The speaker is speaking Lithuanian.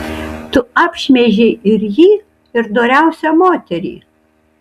tu apšmeižei ir jį ir doriausią moterį